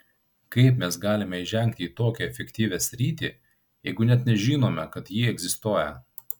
kaip mes galime įžengti į tokią efektyvią sritį jeigu net nežinome kad ji egzistuoja